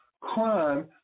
crime